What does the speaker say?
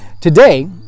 Today